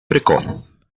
precoz